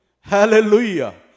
Hallelujah